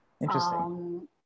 Interesting